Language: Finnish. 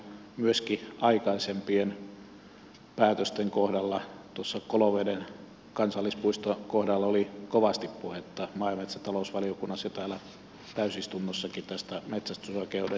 myöskin aikaisempien päätösten kohdalla tuossa koloveden kansallispuiston kohdalla oli kovasti puhetta maa ja metsätalousvaliokunnassa ja täällä täysistunnossakin tästä metsästysoikeuden säilyttämisestä